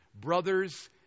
Brothers